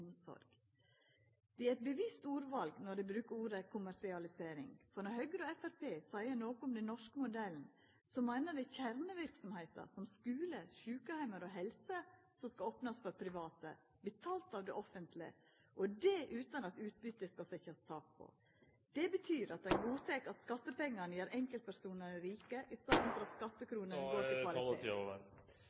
Det er eit bevisst ordval når dei brukar ordet «kommersialisering», for når Høgre og Framstegspartiet seier noko om den norske modellen, meiner dei kjerneverksemder som skular, sjukeheimar og helse, som skal opnast for private, betalt av det offentlege, og det utan at det skal setjast tak på utbyttet. Det betyr at dei godtek at skattepengane gjer enkeltpersonane rike i staden for at skattekronene … Da var taletiden over.